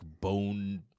bone